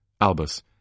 Albus